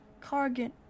Cargan